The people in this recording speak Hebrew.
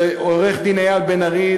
לעורך-דין אייל לב-ארי,